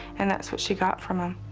and that's what she got from him.